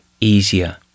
easier